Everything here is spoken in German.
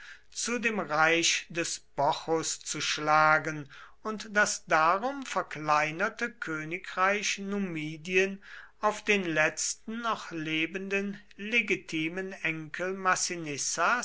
zu dem reich des bocchus zu schlagen und das darum verkleinerte königreich numidien auf den letzten noch lebenden legitimen enkel